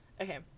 Okay